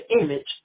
image